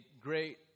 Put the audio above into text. great